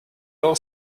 all